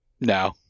No